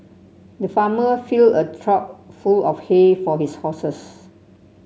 the farmer filled a trough full of hay for his horses